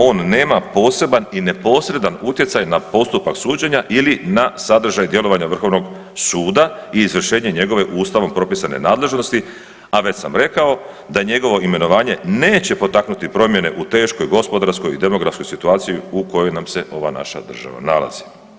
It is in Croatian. On nema poseban i neposredan utjecaj na postupak suđenja ili na sadržaj djelovanja VSRH i izvršenje njegove Ustavom propisane nadležnosti, a već sam rekao da njegovo imenovanje neće potaknuti promjene u teškoj gospodarskoj i demografskoj situaciji u koju nam se ova naša država nalazi.